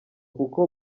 kuko